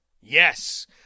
yes